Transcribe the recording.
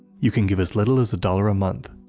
you can give as little as a dollar a month.